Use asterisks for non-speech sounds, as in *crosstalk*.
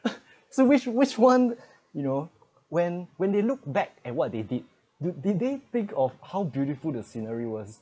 *laughs* so which which one you know when when they look back at what they did they did they think of how beautiful the scenery was